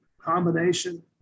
combination